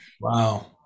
Wow